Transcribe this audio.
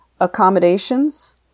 accommodations